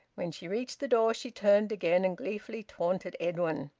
when she reached the door she turned again and gleefully taunted edwin.